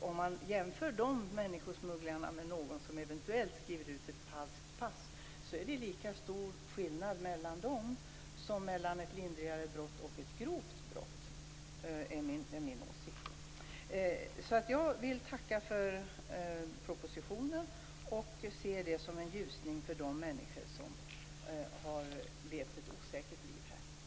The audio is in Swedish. Om man jämför människosmugglarna med någon som förfalskar ett pass är det lika stor skillnad mellan dessa som det är mellan ett lindrigt brott och ett grovt brott. Det är min åsikt. Jag vill tacka för propositionen och ser den som en ljusning för de människor som har levt ett osäkert liv här.